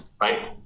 right